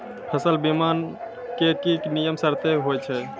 फसल बीमा के की नियम सर्त होय छै?